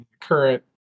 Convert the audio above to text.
current